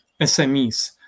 SMEs